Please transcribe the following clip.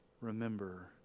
remember